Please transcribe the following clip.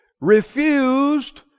refused